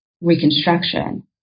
reconstruction